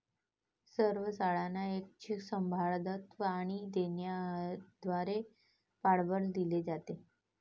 सर्व शाळांना ऐच्छिक सभासदत्व आणि देणग्यांद्वारे पाठबळ दिले जाते